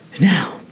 Now